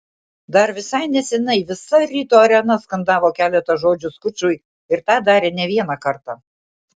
dar visai nesenai visa ryto arena skandavo keletą žodžių skučui ir tą darė ne vieną kartą